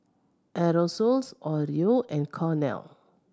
Aerosoles Oreo and Cornell